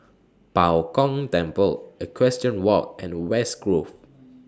Bao Gong Temple Equestrian Walk and West Grove